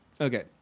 Okay